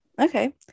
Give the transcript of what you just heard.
okay